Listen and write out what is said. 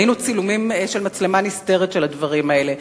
כולנו ראינו צילומי מצלמה נסתרת של הדברים האלה.